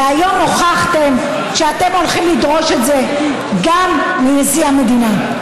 והיום הוכחתם שאתם הולכים לדרוש את זה גם מנשיא המדינה.